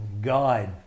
guide